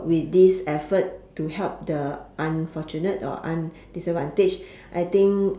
with this effort to help the unfortunate or undisadvantage I think